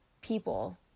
people